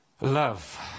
Love